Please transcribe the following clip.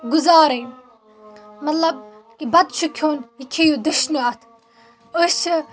گُزارٕنۍ مطلب کہ بَتہٕ چھُ کھیوٚن یہِ کھیٚیِو دٔچھنہِ اَتھٕ أسۍ چھِ